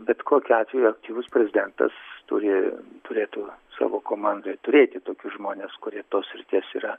bet kokiu atveju aktyvus prezidentas turi turėtų savo komandoj turėti tokius žmones kurie tos srities yra